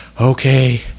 okay